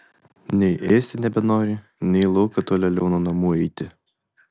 nei ėsti nebenori nei į lauką tolėliau nuo namų eiti